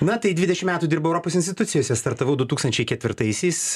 na tai dvidešim metų dirbau europos institucijose startavau du tūkstančiai ketvirtaisiais